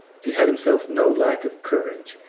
he had himself no lack of courage,